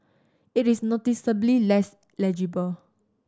it is noticeably less legible